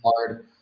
hard